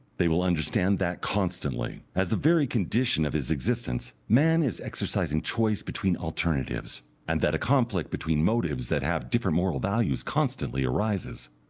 they will understand that constantly, as a very condition of his existence, man is exercising choice between alternatives, and that a conflict between motives that have different moral values constantly arises.